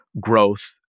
growth